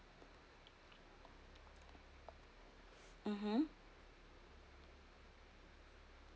mmhmm